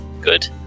Good